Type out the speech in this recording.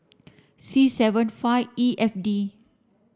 C seven five E F D